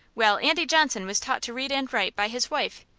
well, andy johnson was taught to read and write by his wife.